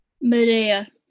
Medea